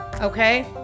okay